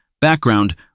background